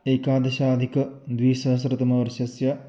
एकादशाधिकद्विसहस्रतमवर्षस्य